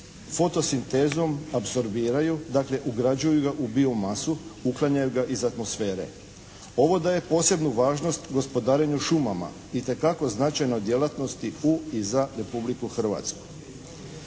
fotosintezom apsorbiraju, dakle ugrađuju ga u bio masu, uklanjaju ga iz atmosfere. Ovo daje posebnu važnost gospodarenju šumama, itekako značajnoj djelatnosti u i za Republiku Hrvatsku.